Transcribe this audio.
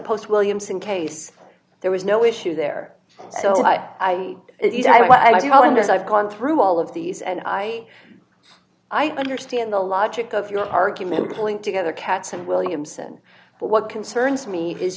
post williams in case there was no issue there so why it is an island as i've gone through all of these and i i understand the logic of your argument of pulling together cats and williamson but what concerns me is